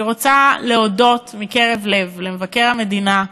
אני רוצה להודות מקרב לב למבקר המדינה,